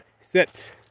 Sit